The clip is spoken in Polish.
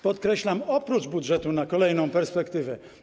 Podkreślam: oprócz budżetu na kolejną perspektywę.